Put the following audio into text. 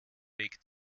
weg